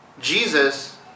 Jesus